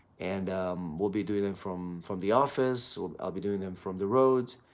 and we'll be doing them from from the office or i'll be doing them from the roads.